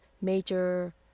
major